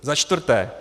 Za čtvrté.